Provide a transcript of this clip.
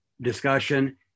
discussion